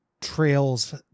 trails